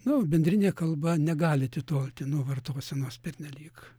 nu bendrinė kalba negali atitolti nuo vartosenos pernelyg